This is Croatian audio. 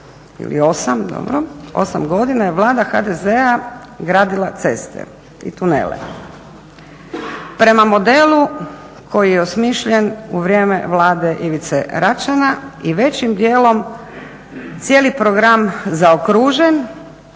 ili 8, dobro, 8 godina je Vlada HDZ-a gradila ceste i tunele prema modelu koji je osmišljen u vrijeme Vlade Ivice Račana i većim dijelom cijeli program zaokružen